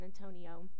Antonio